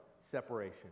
separation